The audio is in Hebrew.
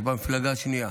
יש במפלגה השנייה.